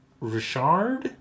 Richard